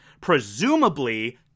Presumably